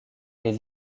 les